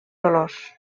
dolors